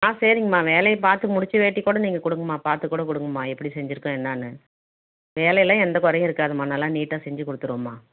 ஆ சரிங்கம்மா வேலையை பார்த்து முடித்து வேட்டி கூட நீங்கள் கொடுங்கம்மா பார்த்து கூட கொடுங்கம்மா எப்படி செஞ்சுருக்கோம் என்னென்னு வேலையெல்லாம் எந்த குறையும் இருக்காதும்மா நல்லா நீட்டாக செஞ்சு கொடுத்துருவோம்மா